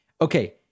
okay